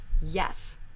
yes